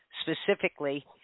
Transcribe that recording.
specifically